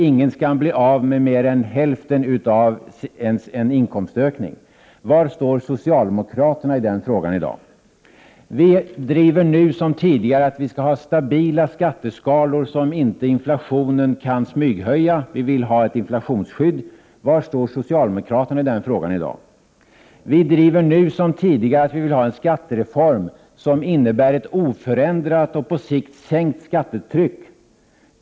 Ingen skall bli av med mer än hälften av en inkomstökning. Var står socialdemokraterna i den frågan i dag? Vi driver nu som tidigare kravet att vi skall ha stabila skatteskalor som inte kan smyghöjas genom inflationen. Vi vill ha ett inflationsskydd. Var står socialdemokraterna i den frågan i dag? Vi driver nu som tidigare kravet på en skattereform som innebär ett oförändrat och på sikt sänkt skattetryck.